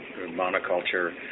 monoculture